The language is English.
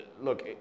look